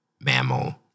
mammal